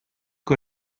que